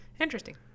Interesting